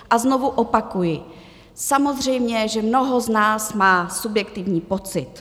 A znovu opakuji, samozřejmě že mnoho z nás má subjektivní pocit.